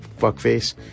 fuckface